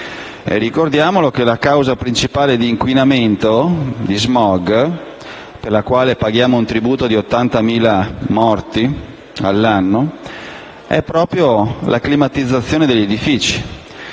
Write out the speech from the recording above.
ricordiamo che la causa principale di inquinamento, di *smog*, per il quale paghiamo un tributo di 80.000 morti all'anno, è proprio la climatizzazione degli edifici;